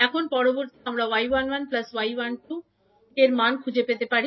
এখন পরবর্তী আমাদের 𝐲11 𝐲12 025 ⇒ 𝐲11 025 y12 075 S